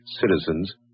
citizens